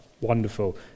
wonderful